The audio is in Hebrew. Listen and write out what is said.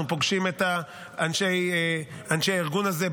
אנחנו פוגשים את אנשי הארגון הזה,